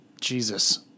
Jesus